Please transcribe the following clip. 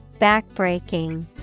Backbreaking